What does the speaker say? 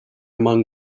among